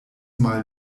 mal